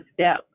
step